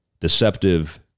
deceptive